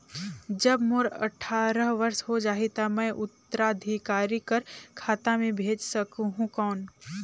जब मोर अट्ठारह वर्ष हो जाहि ता मैं उत्तराधिकारी कर खाता मे भेज सकहुं कौन?